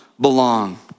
belong